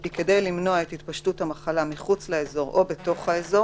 כי כדי למנוע את התפשטות המחלה מחוץ לאזור או בתוך האזור